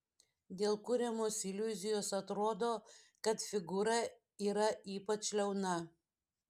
dėl kuriamos iliuzijos atrodo kad figūra yra ypač liauna